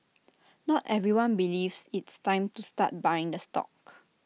not everyone believes it's time to start buying the stock